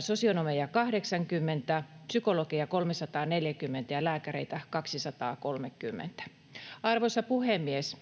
sosionomeja 80, psykologeja 340 ja lääkäreitä 230. Arvoisa puhemies!